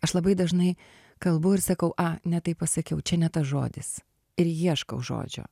aš labai dažnai kalbu ir sakau ne taip pasakiau čia ne tas žodis ir ieškau žodžio